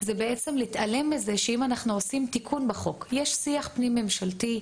זה בעצם להתעלם מזה שאם אנחנו עושים תיקון בחוק יש שיח פנים ממשלתי,